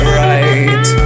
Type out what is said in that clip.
right